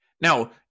Now